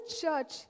church